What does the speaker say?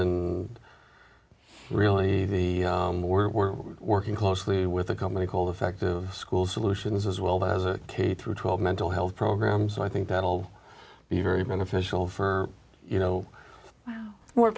and really the more we're working closely with a company called effective schools solutions as well as a k through twelve mental health program so i think that'll be very beneficial for you know